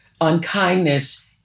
Unkindness